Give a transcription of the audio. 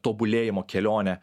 tobulėjimo kelionė